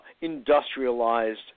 industrialized